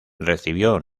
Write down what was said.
recibió